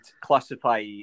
classify